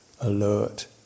alert